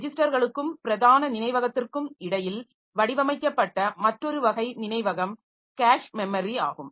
ரெஜிஸ்டர்களுக்கும் பிரதான நினைவகத்திற்கும் இடையில் வடிவமைக்கப்பட்ட மற்றொரு வகை நினைவகம் கேஷ் மெமரி ஆகும்